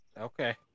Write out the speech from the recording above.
Okay